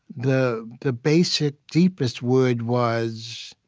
the the basic, deepest word was,